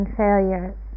failures